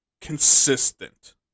consistent